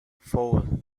four